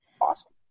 awesome